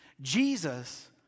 Jesus